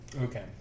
Okay